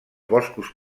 boscos